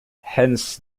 hence